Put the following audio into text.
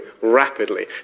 rapidly